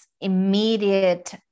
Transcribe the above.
immediate